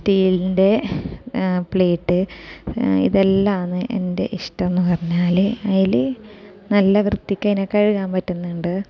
സ്റ്റീലിൻ്റെ പ്ലേറ്റ് ഇതെല്ലാമാണ് എൻ്റെ ഇഷ്ടമെന്ന് പറഞ്ഞാൽ അതിൽ നല്ല വൃത്തിക്ക് അതിനെ കഴുകാൻ പറ്റുന്നുണ്ട്